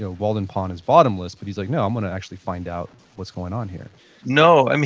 ah walden pond is bottomless. but he's like, no i'm gonna actually find out what's going on here no. and